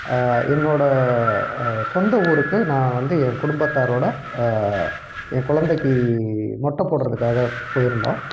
என்னோடய சொந்த ஊருக்கு நான் வந்து என் குடும்பத்தாரோடு என் கொழந்தைக்கு மொட்டை போடுறதுக்காக போயிருந்தோம்